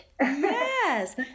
Yes